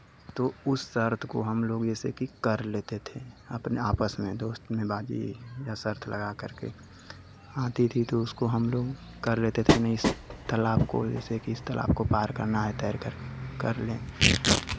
तो उस शर्त को हम लोग जैसे कि कर लेते थे अपने आपस में दोस्त में बाद ये या शर्त लगा करके आती थी तो उसको हम लोग कर लेते थे कि नहीं इस तालाब को जैसे कि इस तालाब को पार करना है तैर करके कर लें